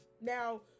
Now